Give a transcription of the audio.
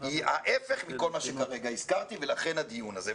היא ההיפך מכל מה שכרגע הזכרתי, ולכן, הדיון הזה.